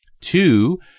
Two